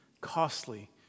costly